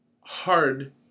hard